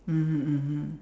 mmhmm mmhmm